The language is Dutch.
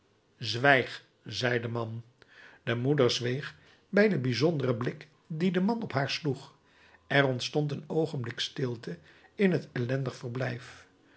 zei de man de moeder zweeg bij den bijzonderen blik dien de man op haar sloeg er ontstond een oogenblik stilte in het ellendig verblijf